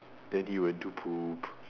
daddy want to poop